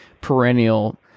perennial